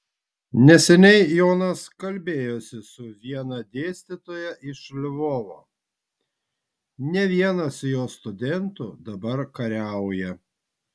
neseniai jonas kalbėjosi su viena dėstytoja iš lvovo ne vienas jos studentų dabar kariauja